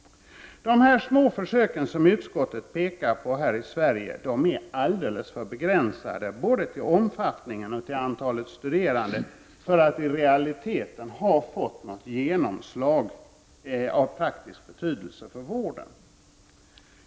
De små försök här i Sverige som utskottet pekar på är både till omfattningen och till antalet studerande alldeles för begränsade för att i realiteten ha fått något genomslag av praktisk betydelse för vården.